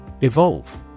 Evolve